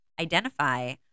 identify